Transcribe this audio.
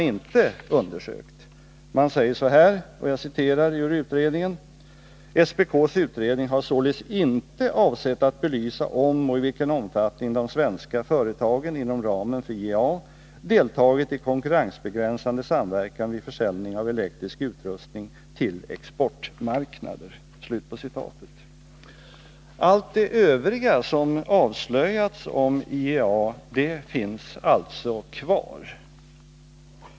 I utredningen säger man så här: ”SPK:s utredning har således inte avsett att belysa om och i vilken omfattning de svenska företagen inom ramen för IEA deltagit i konkurrensbegränsande samverkan vid försäljning av elektrisk uttrustning till exportmarknader.” Allt det övriga som avslöjats om IEA finns alltså kvar.